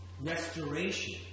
Restoration